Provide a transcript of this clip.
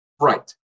Right